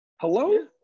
Hello